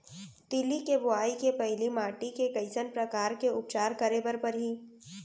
तिलि के बोआई के पहिली माटी के कइसन प्रकार के उपचार करे बर परही?